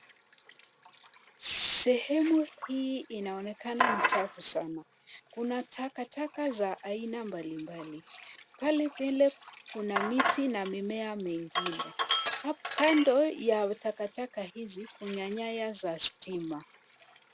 Sehemu hii inaonekana ni chafu sana. Kuna takataka za aina mbalimbali. Pale mbele kuna miti na mimea mengine. Kando ya takataka hizi kuna nyaya za stima.